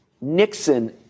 Nixon